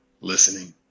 listening